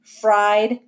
fried